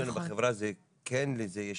אצלנו בחברה כן יש לזה משמעות.